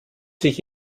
sich